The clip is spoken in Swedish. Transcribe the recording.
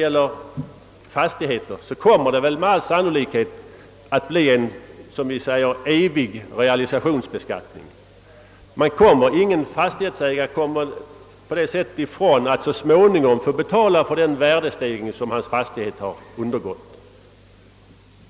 För fastigheter kommer det med all sannolikhet att bli en evig realisationsvinstbeskattning. Ingen fastighetsägare undgår på det sättet att så småningom få betala för den värdestegring som hans fastighet har undergått.